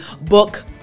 book